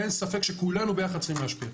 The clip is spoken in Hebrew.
אין ספק שכולנו ביחד צריכים להשפיע.